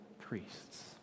priests